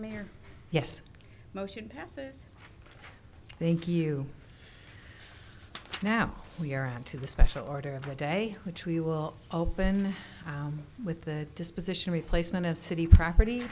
mayor yes motion thank you now we are on to the special order of the day which we will open with the disposition replacement of city property